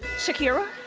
shakira?